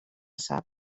sap